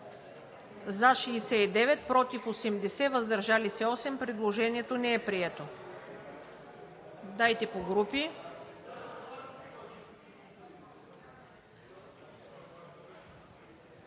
за 42, против 90, въздържали се 76. Предложението не е прието. Дайте по групи.